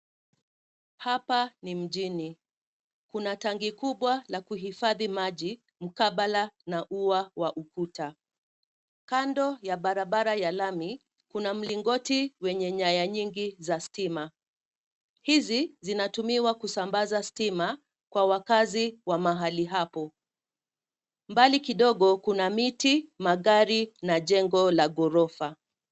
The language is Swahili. Hapa ni mjini. Kuna tangi kubwa la kuhifadhi maji mkabala na ua wa ukuta. Kando ya barabara ya lami, kuna mlingoti wenye nyaya nyingi za stima. Hizi zinatumiwa kusambaza stima kwa wakaazi wa mahali hapo. Mbali kidogo kuna miti, magari na jengo la gorofa.